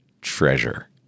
treasure